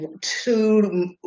two